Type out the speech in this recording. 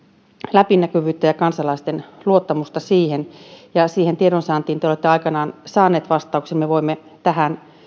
läpinäkyvyyttä ja kansalaisten luottamusta siihen ja siihen tiedonsaantiin liittyen te olette aikanaan saaneet vastauksen me voimme tähän